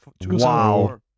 Wow